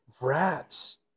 rats